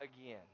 again